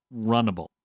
runnable